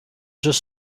just